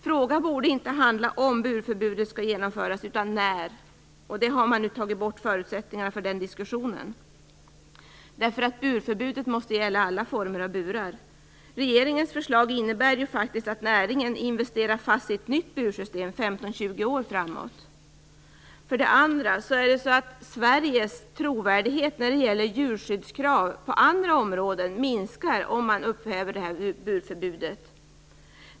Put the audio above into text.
Frågan borde inte handla om burförbudet skall genomföras utan när. Nu har man tagit bort förutsättningarna för den diskussionen. Burförbudet måste gälla alla former av burar. Regeringens förslag innebär ju faktiskt att näringen investerar fast sig i ett nytt bursystem för 15-20 år framåt. För det andra minskar Sveriges trovärdighet när det gäller djurskyddskrav på andra områden om man upphäver burförbudet.